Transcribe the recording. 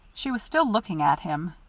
she was still looking at him.